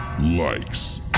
likes